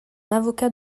avocat